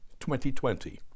2020